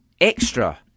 extra